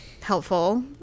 helpful